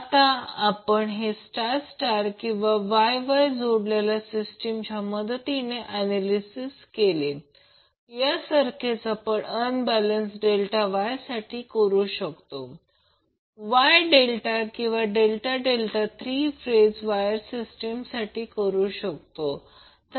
आता आपण हे स्टार स्टार किंवा Y Y जोडलेल्या सिस्टीमच्या मदतीने ऍनॅलिसिस केले यासारखेच आपण अनबॅलेन्स डेल्टा Y साठी करू शकतो Y डेल्टा किंवा डेल्टा डेल्टा 3 फेज 3 वायर सिस्टीमसाठी करू शकतो